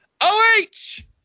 O-H